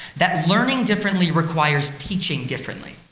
that learning differently requires teaching differently.